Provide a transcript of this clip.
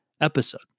episode